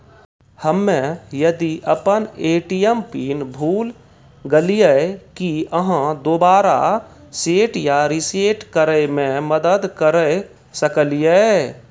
हम्मे यदि अपन ए.टी.एम पिन भूल गलियै, की आहाँ दोबारा सेट या रिसेट करैमे मदद करऽ सकलियै?